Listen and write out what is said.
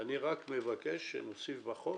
אני רק מבקש שנוסיף בחוק